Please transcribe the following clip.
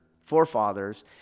forefathers